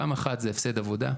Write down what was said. פעם אחת זה הפסד עבודה,